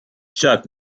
chuck